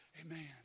Amen